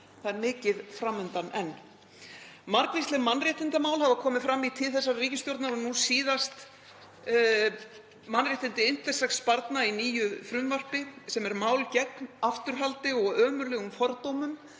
Það er mikið fram undan enn. Margvísleg mannréttindamál hafa komið fram í tíð þessarar ríkisstjórnar og nú síðast mannréttindi intersex-barna í nýju frumvarpi sem er mál gegn afturhaldi og ömurlegum fordómum